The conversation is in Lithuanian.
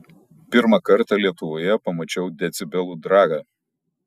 pirmą kartą lietuvoje pamačiau decibelų dragą